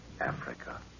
Africa